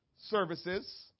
services